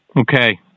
Okay